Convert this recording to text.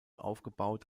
aufgebaut